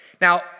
Now